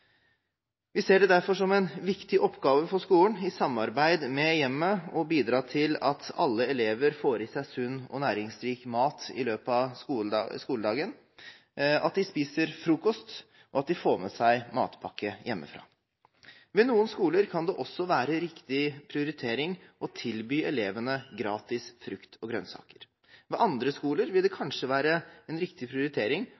Vi ser det derfor som en viktig oppgave for skolen – i samarbeid med hjemmet – å bidra til at alle elever får i seg sunn og næringsrik mat i løpet av skoledagen, at de spiser frokost, og at de får med seg matpakke hjemmefra. Ved noen skoler kan det også være riktig prioritering å tilby elevene gratis frukt og grønnsaker. Ved andre skoler vil det